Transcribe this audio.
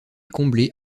comblé